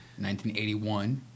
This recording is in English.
1981